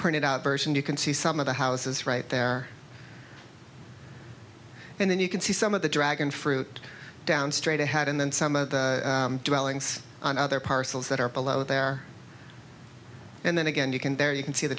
printed out version you can see some of the houses right there and then you can see some of the dragon fruit down straight ahead and then some of the other parcels that are below there and then again you can there you can see the